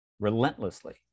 relentlessly